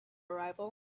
arrival